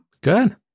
Good